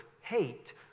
hate